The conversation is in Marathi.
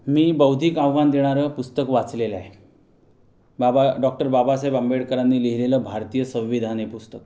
मी बौद्धिक आव्हान देणारं पुस्तक वाचलेलं आहे बाबा डॉक्टर बाबासाहेब आंबेडकरांनी लिहिलेलं भारतीय संविधान हे पुस्तक